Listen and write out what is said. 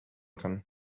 kann